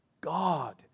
God